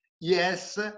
Yes